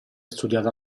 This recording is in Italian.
studiata